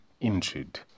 injured